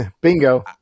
Bingo